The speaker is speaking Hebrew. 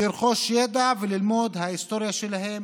לרכוש ידע וללמוד את ההיסטוריה שלהם,